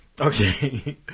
okay